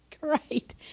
Great